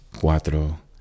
cuatro